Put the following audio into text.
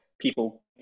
people